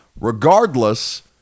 Regardless